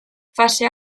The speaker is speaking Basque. fase